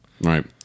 Right